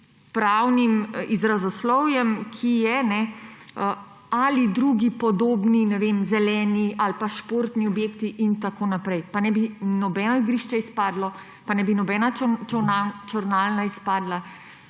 pravnim izrazoslovjem, na primer, ali drugi podobni, ne vem, zeleni ali pa športni objekti in tako naprej. Pa ne bi nobeno igrišče izpadlo, pa ne bi nobena čolnarna izpadla.